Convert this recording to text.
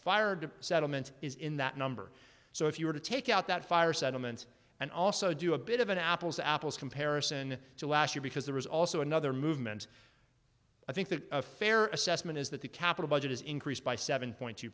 fired settlements is in that number so if you were to take out that fire settlements and also do a bit of an apples to apples comparison to last year because there was also another movement i think that a fair assessment is that the capital budget has increased by seven point two